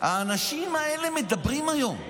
האנשים האלה מדברים היום.